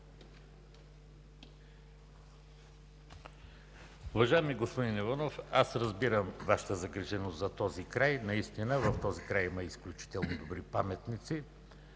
Уважаеми господин Иванов, аз разбирам Вашата загриженост за този край. Разбира се, в него има изключително добри паметници,